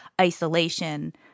isolation